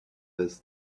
this